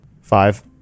Five